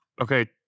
Okay